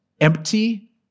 empty